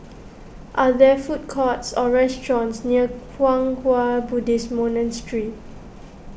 are there food courts or restaurants near Kwang Hua Buddhist Monastery